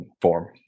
form